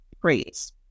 praise